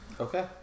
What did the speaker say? Okay